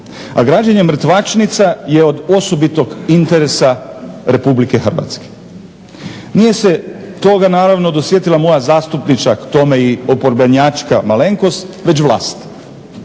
a građenje mrtvačnica je od osobitog interesa Republike Hrvatske. Nije se toga naravno dosjetila moja zastupnička, k tome i oporbenjačka malenkost već vlast.